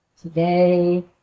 today